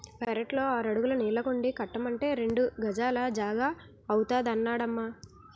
పెరట్లో ఆరడుగుల నీళ్ళకుండీ కట్టమంటే రెండు గజాల జాగా అవుతాదన్నడమ్మా